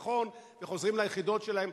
נכון, וחוזרים ליחידות שלהם.